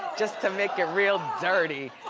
just to make it real dirty.